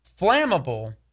flammable